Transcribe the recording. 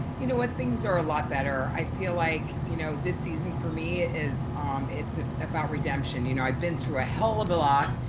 you know what? things are a lot better. i feel like you know this season, for me, um it's about redemption. you know i've been through a hell of a lot,